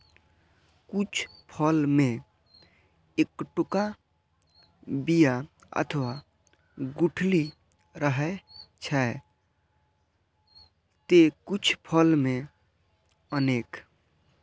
कुछ फल मे एक्केटा बिया अथवा गुठली रहै छै, ते कुछ फल मे अनेक